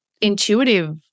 intuitive